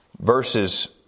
verses